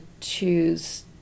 choose